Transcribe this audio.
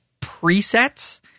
presets